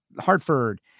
Hartford